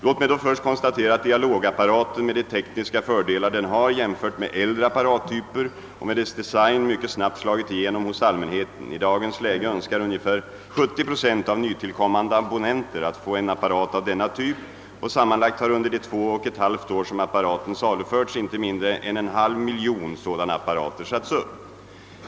Låt mig då först konstatera, att Dialogapparaten med de tekniska fördelar den har jämfört med äldre apparattyper och med dess design mycket snabbt slagit igenom hos allmänheten. I dagens läge önskar ungefär 70 Yo av nytillkommande abonnenter att få en apparat av denna typ, och sammanlagt har under de två och ett halvt år som apparaten saluförts inte mindre än en halv miljon sådana apparater satts upp.